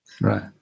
Right